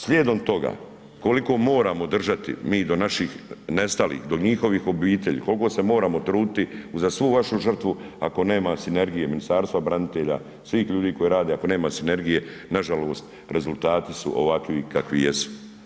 Slijedom toga koliko moramo držati mi do naših nestalih, do njihovih obitelji, koliko se moramo truditi uza svu vašu žrtvu ako nema sinergije Ministarstva branitelja, svih ljudi koji rade ako nema sinergije na žalost rezultati su ovakvi kakvi jesu.